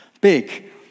big